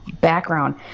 background